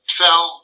fell